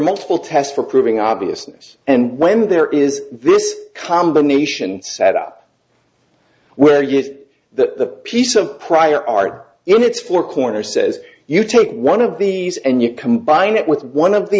multiple tests for proving obviousness and when there is this combination set up where you get the piece of prior art in it's for corner says you take one of the and you combine it with one of the